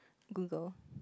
Google